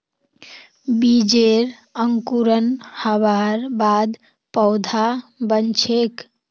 बीजेर अंकुरण हबार बाद पौधा बन छेक